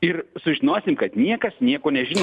ir sužinosim kad niekas nieko nežino